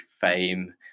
fame